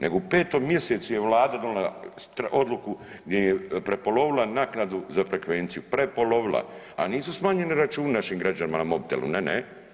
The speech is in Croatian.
Nego u 5. mjesecu je Vlada donijela odluku gdje im je prepolovila naknadu za frekvenciju, prepolovila, a nisu smanjeni računi našim građanima na mobitelu ne, ne.